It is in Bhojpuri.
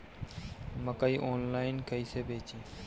मकई आनलाइन कइसे बेची?